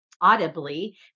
audibly